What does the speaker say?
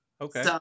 Okay